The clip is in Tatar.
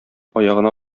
аягына